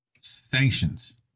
sanctions